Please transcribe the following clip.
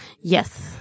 Yes